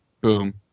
Boom